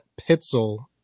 Pitzel